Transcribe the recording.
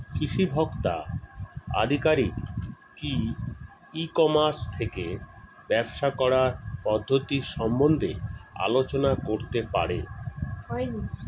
কৃষি ভোক্তা আধিকারিক কি ই কর্মাস থেকে ব্যবসা করার পদ্ধতি সম্বন্ধে আলোচনা করতে পারে?